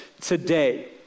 today